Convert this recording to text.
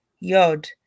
Yod